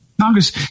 Congress